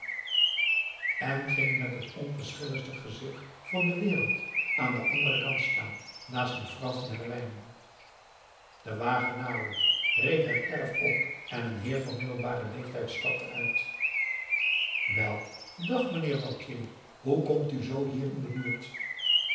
en ging met het onverschilligste gezicht van de wereld aan den anderen kant staan naast mevrouw van herwijnen de wagen naderde reed het erf op en een heer van middelbaren leeftijd stapte uit wel dag meneer wautier hoe komt u zoo hier in de buurt